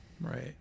right